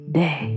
day